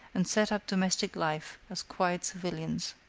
and set up domestic life as quiet civilians.